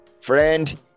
friend